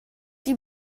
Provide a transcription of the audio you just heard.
sie